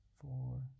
four